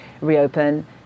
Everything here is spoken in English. reopen